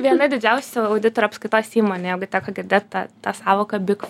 viena didžiausių audito ir apskaitos įmonė jeigu teko girdėt tą tą sąvoką bik